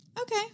Okay